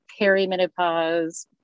perimenopause